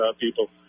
people